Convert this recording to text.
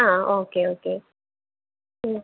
ആ okay okay ഉം